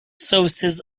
services